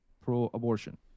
pro-abortion